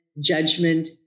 judgment